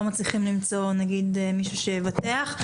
לא מצליחים למצוא נגיד מישהו שיבטח.